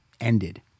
ended